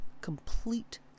complete